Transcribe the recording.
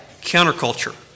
counterculture